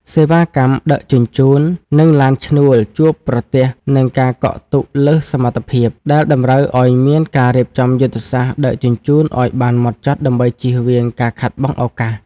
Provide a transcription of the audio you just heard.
សេវាកម្មដឹកជញ្ជូន និងឡានឈ្នួលជួបប្រទះនឹងការកក់ទុកលើសសមត្ថភាព ដែលតម្រូវឱ្យមានការរៀបចំយុទ្ធសាស្ត្រដឹកជញ្ជូនឱ្យបានហ្មត់ចត់ដើម្បីចៀសវាងការខាតបង់ឱកាស។